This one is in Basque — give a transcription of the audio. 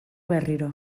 berriro